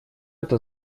это